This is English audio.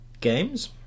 games